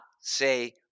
say